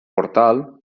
portal